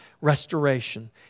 restoration